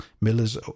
Millers